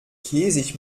käsig